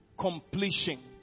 completion